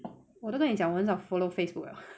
我都和你讲我很少 ones of follow facebook 了